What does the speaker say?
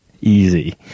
Easy